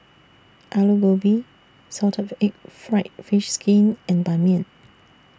Aloo Gobi Salted Egg Fried Fish Skin and Ban Mian